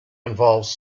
involves